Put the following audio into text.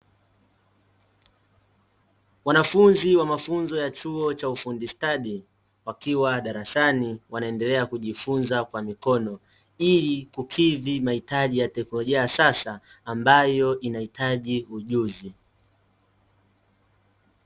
Wanafunzi wa mafunzo ya chuo cha ufundi stadi; wakiwa darasani, wanaendelea kujifunza kwa mikono, ili kukidhi mahitaji ya teknolojia ya sasa, ambayo inahitaji ujuzi.